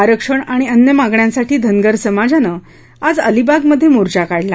आरक्षण आणि अन्य मागण्यांसाठी धनगर समाजानं आज अलिबागमध्ये मोर्चा काढला